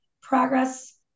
progress